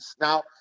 Now